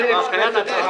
12:50.